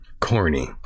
corny